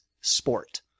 sport